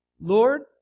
Lord